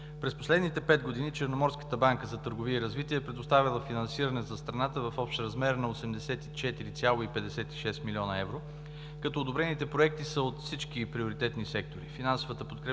През последните пет години Черноморската банка за търговия и развитие е предоставила финансиране за страната в общ размер на 84,56 млн. евро, като одобрените проекти са от всички приоритетни сектори.